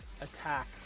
attack